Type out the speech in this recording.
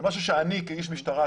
זה משהו שאני כאיש משטרה,